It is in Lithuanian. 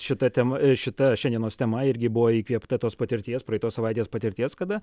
šita tema šita šiandienos tema irgi buvo įkvėpta tos patirties praeitos savaitės patirties kada